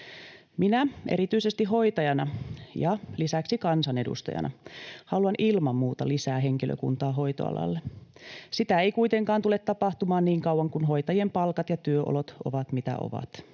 Minä, erityisesti hoitajana ja lisäksi kansanedustajana, haluan ilman muuta lisää henkilökuntaa hoitoalalle. Sitä ei kuitenkaan tule tapahtumaan niin kauan kun hoitajien palkat ja työolot ovat mitä ovat.